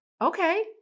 Okay